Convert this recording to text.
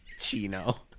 Chino